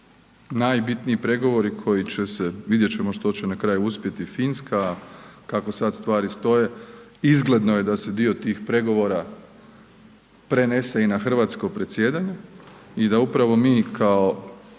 najbitniji pregovori koji će se, vidjet ćemo što će na kraju uspjeti, Finska. Kako sada stvari stoje izgledno je da se dio tih pregovora prenese i na hrvatsko predsjedanje i da upravo mi kao